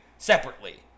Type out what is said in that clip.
Separately